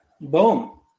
boom